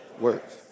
works